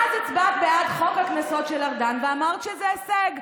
אני ממשיכה: ואז הצבעת בעד חוק הקנסות של ארדן ואמרת שזה הישג.